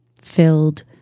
filled